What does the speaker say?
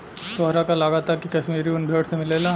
तोहरा का लागऽता की काश्मीरी उन भेड़ से मिलेला